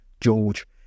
George